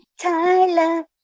Tyler